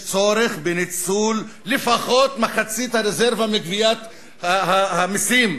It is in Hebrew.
יש צורך בניצול לפחות מחצית הרזרבה מגביית המסים.